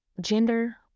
gender